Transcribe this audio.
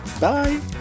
Bye